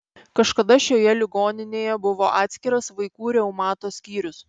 kažkada šioje ligoninėje buvo atskiras vaikų reumato skyrius